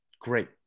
great